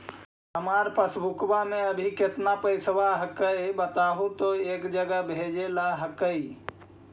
हमार पासबुकवा में अभी कितना पैसावा हक्काई बताहु तो एक जगह भेजेला हक्कई?